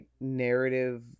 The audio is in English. narrative